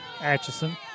Atchison